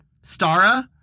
Stara